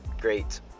great